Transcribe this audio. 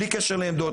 בלי קשר לעמדות,